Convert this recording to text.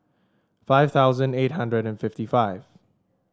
five thousand eight hundred and fifty five